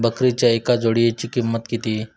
बकरीच्या एका जोडयेची किंमत किती?